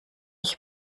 ich